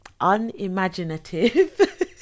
unimaginative